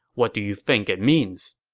what do you think it means?